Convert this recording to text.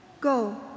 Go